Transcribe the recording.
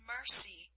mercy